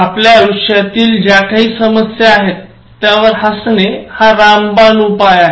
आपल्या आयुष्यातील ज्याकाही समस्या आहेत त्यावर हासणे हा रामबाण उपाय आहे